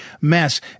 mess